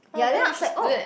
oh then we should do that